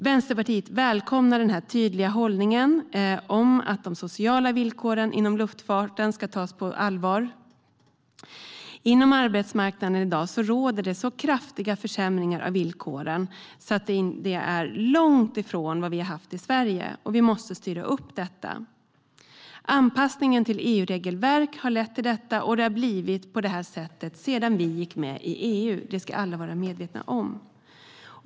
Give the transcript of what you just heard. Vänsterpartiet välkomnar den tydliga hållningen att de sociala villkoren inom luftfarten ska tas på allvar. På arbetsmarknaden råder det i dag långt kraftigare försämringar av villkoren än vad vi tidigare har haft i Sverige. Vi måste styra upp detta. Anpassningen till EU:s regelverk har lett till detta. Det har blivit så här sedan vi gick med i EU; det ska alla vara medvetna om.